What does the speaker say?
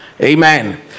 Amen